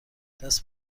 دست